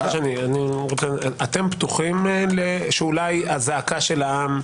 אתם פתוחים שאולי הזעקה של העם,